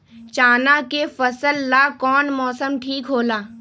चाना के फसल ला कौन मौसम ठीक होला?